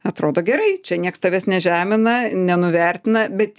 atrodo gerai čia nieks tavęs nežemina nenuvertina bet